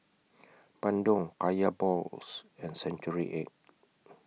Bandung Kaya Balls and Century Egg